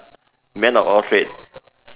man of all trades